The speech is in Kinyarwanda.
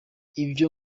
ibyo